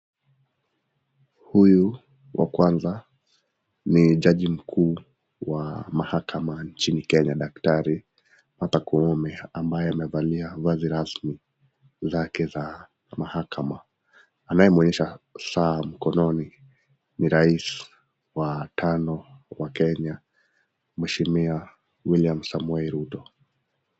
Huyu wa kwanza ni jaji mkuu wa mahakama nchini Kenya, Daktari Martha Koome, ambaye amevalia vazi rasmi lake la mahakama. Anayemuonyesha saa mkononi ni rais wa tano wa Kenya, Mheshimiwa William Samoei Ruto.